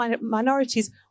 minorities